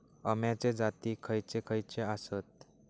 अम्याचे जाती खयचे खयचे आसत?